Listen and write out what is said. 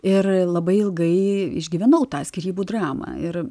ir labai ilgai išgyvenau tą skyrybų dramą ir